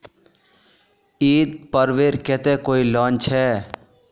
ईद पर्वेर केते कोई लोन छे?